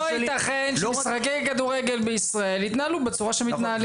לא יתכן שמשחקי כדורגל בישראל יתנהלו בצורה שהם מתנהלים.